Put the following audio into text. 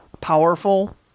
powerful